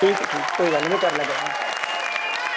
ठीक ऐ ठीक कोई गल्ल नी मैं करी लैगा फोन